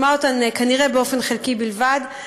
שמע אותן כנראה באופן חלקי בלבד,